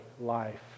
life